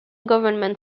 government